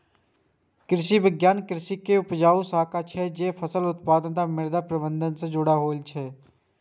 कृषि विज्ञान कृषि के ऊ शाखा छियै, जे फसल उत्पादन आ मृदा प्रबंधन सं जुड़ल होइ छै